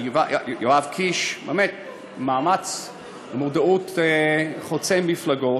יואב קיש, באמת מודעות חוצה מפלגות,